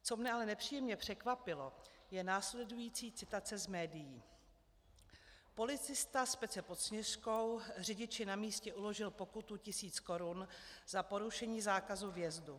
Co mě ale nepříjemně překvapilo, je následující citace z médií: Policista z Pece pod Sněžkou řidiči na místě uložil pokutu tisíc korun za porušení zákazu vjezdu.